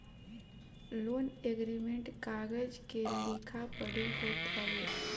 loan agreement कागज के लिखा पढ़ी होत हवे